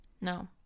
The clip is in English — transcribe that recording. no